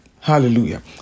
hallelujah